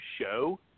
show